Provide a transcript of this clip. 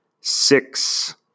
six